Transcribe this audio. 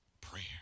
prayer